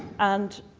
and